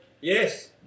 Yes